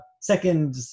second